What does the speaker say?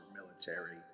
military